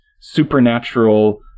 supernatural